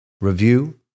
review